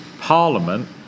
Parliament